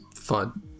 fun